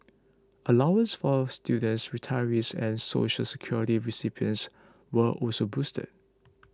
allowances for students retirees and Social Security recipients were also boosted